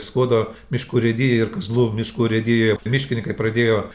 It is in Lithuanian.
skuodo miškų urėdijoj ir kazlų miškų urėdijoj miškininkai pradėjo